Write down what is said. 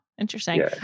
Interesting